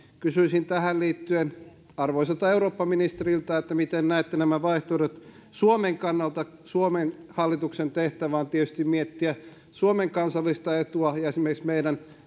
kysyisin tähän liittyen arvoisalta eurooppaministeriltä miten näette nämä vaihtoehdot suomen kannalta suomen hallituksen tehtävä on tietysti miettiä suomen kansallista etua ja esimerkiksi meidän